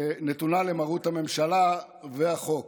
נתונה למרות הממשלה והחוק.